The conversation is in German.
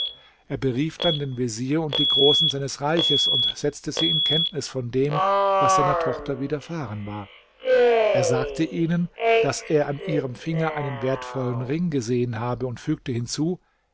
er berief dann den vezier und die großen seines reichs und setzte sie in kenntnis von dem was seiner tochter widerfahren war er sagte ihnen daß er an ihrem finger einen wertvollen ring gesehen habe und fügte hinzu